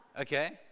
okay